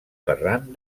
ferran